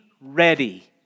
ready